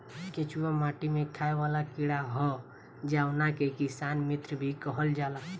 केचुआ माटी में खाएं वाला कीड़ा ह जावना के किसान मित्र भी कहल जाला